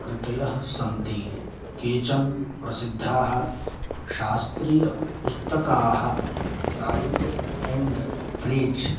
कृतयः सन्ति केचन प्रसिद्धाः शास्त्रीयपुस्तकाः प्राय्ड् एण्ड् प्रेज्